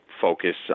focus